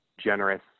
generous